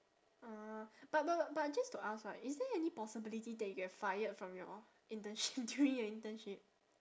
uh but but but just to ask right is there any possibility that you get fired from your internship during your internship